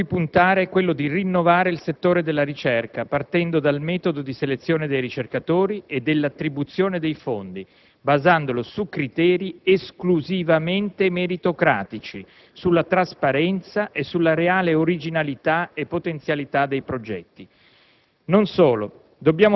L'obiettivo a cui puntare è quello di rinnovare il settore della ricerca partendo dal metodo di selezione dei ricercatori e dell'attribuzione dei fondi basandolo su criteri esclusivamente meritocratici, sulla trasparenza e sulla reale originalità e potenzialità dei progetti.